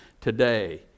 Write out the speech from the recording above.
today